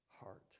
heart